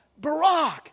Barack